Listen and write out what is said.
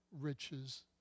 riches